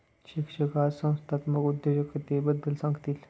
शिक्षक आज संस्थात्मक उद्योजकतेबद्दल सांगतील